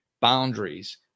Boundaries